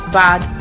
bad